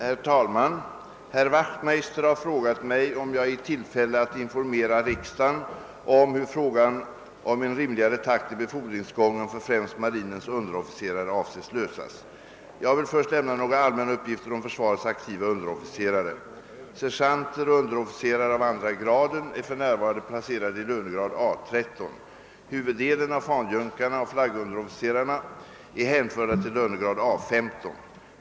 Herr talman! Herr Wachtmeister har frågat mig, om jag är i tillfälle att informera riksdagen om hur frågan om en rimligare takt i befordringsgången för främst marinens underofficerare avses lösas. Jag vill först lämna några allmänna uppgifter om försvarets aktiva underofficerare. Sergeanter och underofficerare av 2. graden är f.n. placerade i lönegrad A 13. Huvuddelen av fanjunkarna och flaggunderofficerarna är hänförda till lönegrad A 15.